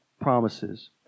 promises